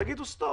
תגידו: סטופ,